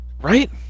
right